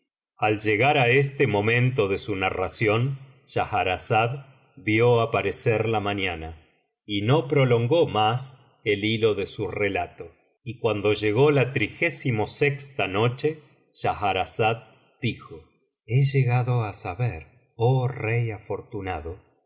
al llegar á este momento de su narración schahrazada vio aparecer la mañana y no prolongó más el hilo de su relato biblioteca valenciana generalitat valenciana las mil noches y una noche y cuando llego la noche schahrazada dijo he llegado á saber oh rey afortunado